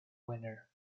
winner